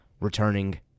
Returning